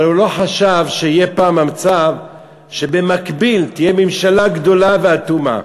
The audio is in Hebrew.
אבל הוא לא חשב שיהיה פעם מצב שבמקביל תהיה ממשלה גדולה ואטומה.